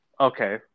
Okay